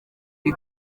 uri